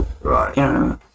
right